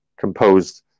composed